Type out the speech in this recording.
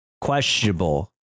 questionable